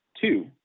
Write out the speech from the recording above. two